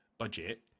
budget